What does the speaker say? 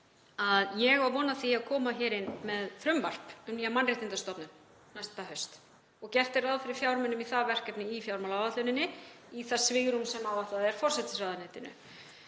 að ég á von á því að koma hér inn með frumvarp um nýja mannréttindastofnun næsta haust og gert er ráð fyrir fjármunum í það verkefni í fjármálaáætluninni, í það svigrúm sem áætlað er forsætisráðuneytinu.